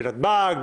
בנתב"ג,